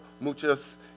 muchas